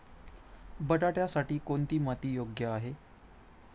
बटाट्यासाठी कोणती माती योग्य आहे?